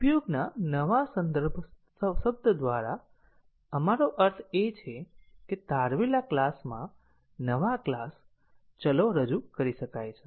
ઉપયોગના નવા સંદર્ભ શબ્દ દ્વારા આપણો અર્થ એ છે કે તારવેલા ક્લાસમાં નવા ક્લાસ ચલો રજૂ કરી શકાય છે